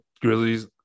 grizzlies